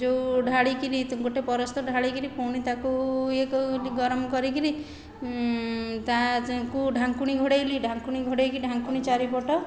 ଯେଉଁ ଢାଳିକିରି ଗୋଟିଏ ପରସ୍ତ ଢାଳିକିରି ପୁଣି ତାକୁ ଇଏ କଲି ଗରମ କରିକରି ତାହାକୁ ଢାଙ୍କୁଣୀ ଘୋଡ଼ାଇଲି ଢାଙ୍କୁଣୀ ଘୋଡ଼ାଇକି ଢାଙ୍କୁଣୀ ଚାରିପଟ